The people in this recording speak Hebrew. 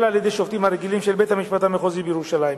אלא על-ידי השופטים "הרגילים" של בית-המשפט המחוזי בירושלים.